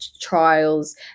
trials